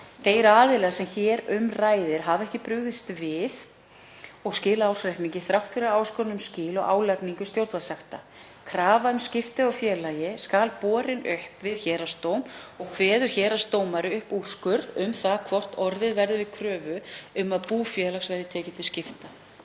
Þeir aðilar sem hér um ræðir hafa ekki brugðist við og skilað ársreikningi þrátt fyrir áskorun um skil og álagningu stjórnvaldssekta. Krafa um skipti á félagi skal borin upp við héraðsdóm og kveður héraðsdómari upp úrskurð um það hvort orðið verði við kröfu um að bú félags verði tekið til skipta.